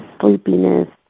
sleepiness